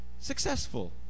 successful